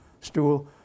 stool